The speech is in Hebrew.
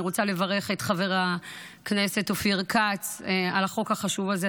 אני רוצה לברך את חבר הכנסת אופיר כץ על החוק החשוב הזה.